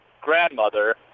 grandmother